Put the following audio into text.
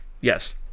Yes